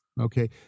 Okay